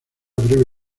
breve